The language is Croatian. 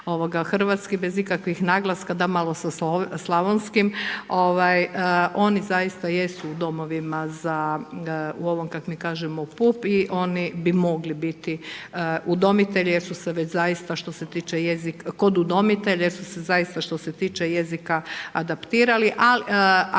hrvatski bez ikakvih naglaska, da malo sa slavonskim, oni zaista jesu u domovima za u ovom kako mi kažemo u …/Govornik se ne razumije./… i oni bi mogli biti udomitelji jer su se već zaista, što se tiče jezika kod udomitelja, jer zaista što se tiče jezika adaptirali,